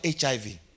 HIV